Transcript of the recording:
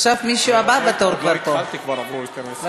עכשיו הבא בתור כבר פה.